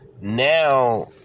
now